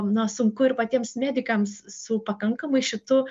na sunku ir patiems medikams su pakankamai šitu